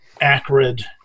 acrid